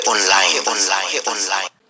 Online